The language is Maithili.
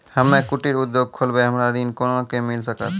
हम्मे कुटीर उद्योग खोलबै हमरा ऋण कोना के मिल सकत?